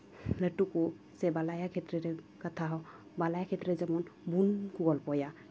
ᱞᱟᱹᱴᱩ ᱠᱚ ᱥᱮ ᱵᱟᱞᱟᱭᱟ ᱠᱷᱮᱛᱛᱨᱮ ᱨᱮ ᱠᱟᱛᱷᱟ ᱦᱚᱸ ᱵᱟᱞᱟᱭᱟ ᱠᱷᱮᱛᱛᱨᱮ ᱡᱮᱢᱚᱱ ᱵᱚᱱ ᱜᱚᱞᱯᱚᱭᱟ